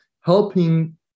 helping